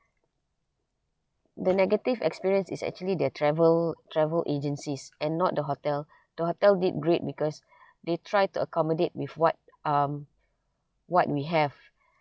the negative experience is actually the travel travel agencies and not the hotel the hotel did great because they try to accommodate with what um what we have